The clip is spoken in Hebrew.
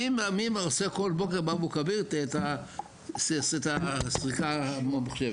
מי עושה כל בוקר באבו כביר את הסריקה הממוחשבת?